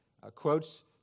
quotes